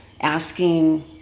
asking